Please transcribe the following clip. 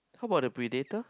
how about the Predator